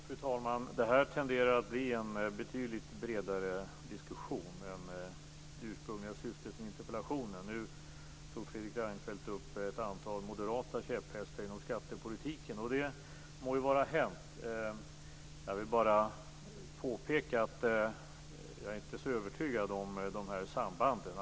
Fru talman! Det här tenderar att bli en betydligt bredare diskussion än det ursprungliga syftet med interpellationen var. Nu tog Fredrik Reinfeldt upp ett antal moderata käpphästar inom skattepolitiken, och det må vara hänt. Jag vill bara påpeka att jag inte är så övertygad om sambanden.